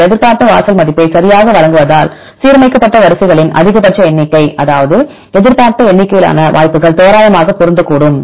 நீங்கள் எதிர்பார்த்த வாசல் மதிப்பை சரியாக வழங்குவதால் சீரமைக்கப்பட்ட வரிசைகளின் அதிகபட்ச எண்ணிக்கை அதாவது எதிர்பார்த்த எண்ணிக்கையிலான வாய்ப்புகள் தோராயமாக பொருந்தக்கூடும்